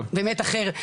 אתה באמת אחרת,